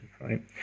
right